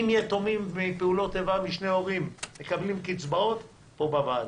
אם יתומים משני הורים מפעולות איבה מקבלים קצבאות פה בוועדה.